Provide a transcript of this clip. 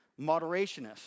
moderationists